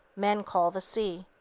men call the sea.